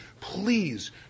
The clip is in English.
please